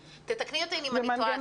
תתקני אותי אם אני טועה.